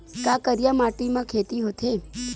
का करिया माटी म खेती होथे?